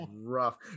rough